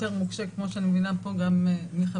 כמו שאני מבינה פה גם מחבריי,